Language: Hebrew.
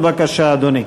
בבקשה, אדוני.